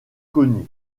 connue